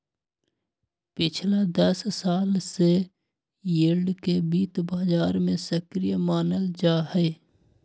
पिछला दस साल से यील्ड के वित्त बाजार में सक्रिय मानल जाहई